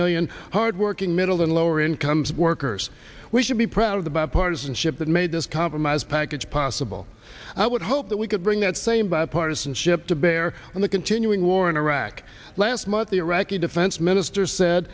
million hardworking middle and lower incomes workers we should be proud of the bipartisanship that made this compromise package possible i would hope that we could bring that same bipartisanship to bear on the continuing war in iraq last month the iraqi defense minister said